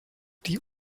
die